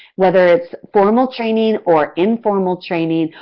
whether that's formal training or informal training,